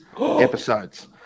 episodes